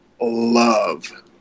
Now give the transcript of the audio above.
love